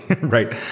right